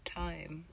time